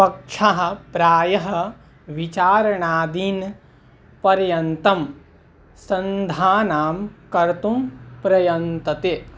पक्षः प्रायः विचारणा दिनपर्यन्तं सन्धानं कर्तुं प्रयतन्ते